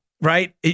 right